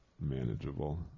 manageable